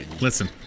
Listen